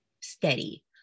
steady